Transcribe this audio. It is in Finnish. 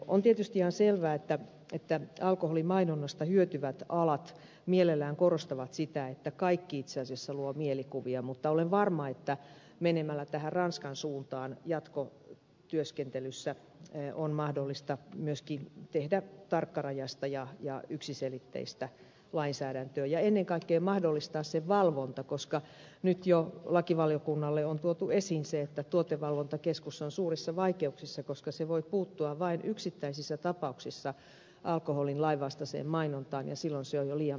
on tietysti ihan selvää että alkoholimainonnasta hyötyvät alat mielellään korostavat sitä että kaikki mainokset itse asiassa luovat mielikuvia mutta olen varma että menemällä tähän ranskan suuntaan jatkotyöskentelyssä on mahdollista myöskin tehdä tarkkarajaista ja yksiselitteistä lainsäädäntöä ja ennen kaikkea mahdollistaa sen valvonta koska nyt jo lakivaliokunnalle on tuotu esiin se että tuotevalvontakeskus on suurissa vaikeuksissa koska se voi puuttua vain yksittäisissä tapauksissa alkoholin lainvastaiseen mainontaan ja silloin se on jo liian myöhäistä